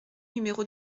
numéro